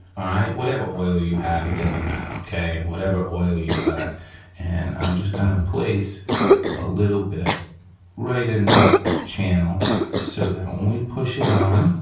all right, whatever oil you have, it doesn't matter, okay. and whatever oil you got and i'm just gonna place a little bit right in the channel so that when we push it on,